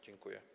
Dziękuję.